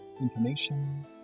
information